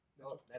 No